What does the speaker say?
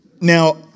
Now